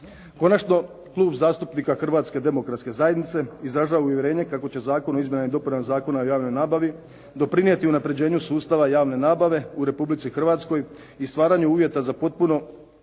Konačno, Klub zastupnika Hrvatske demokratske zajednice izražava uvjerenje kako će Zakon o izmjenama i dopunama Zakona o javnoj nabavi doprinijeti unapređenju sustava javne nabave u Republici Hrvatskoj i stvaranju uvjeta za potpuno